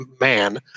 man